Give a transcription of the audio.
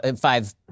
five